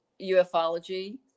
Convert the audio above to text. ufology